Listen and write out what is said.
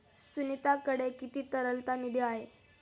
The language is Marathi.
सुनीताकडे किती तरलता निधी आहे?